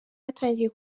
yatangiye